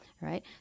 right